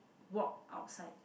walk outside